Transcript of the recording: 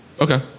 Okay